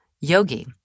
yogi